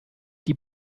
die